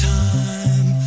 time